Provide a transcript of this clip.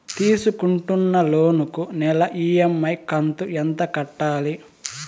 తీసుకుంటున్న లోను కు నెల ఇ.ఎం.ఐ కంతు ఎంత కట్టాలి?